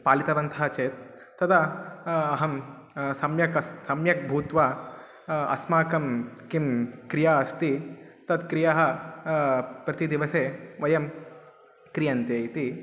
पालितवन्तः चेत् तदा अहं सम्यक् अस्मि सम्यक् भूत्वा अस्माकं का क्रिया अस्ति तत् क्रिया प्रतिदिवसे वयं क्रियन्ते इति